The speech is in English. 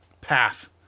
path